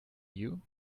you